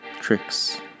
tricks